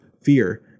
fear